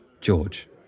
George